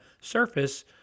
surface